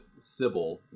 Sybil